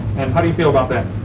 and how do you feel about that?